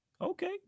Okay